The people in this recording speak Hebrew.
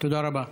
תודה רבה.